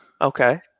Okay